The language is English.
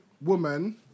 woman